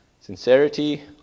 Sincerity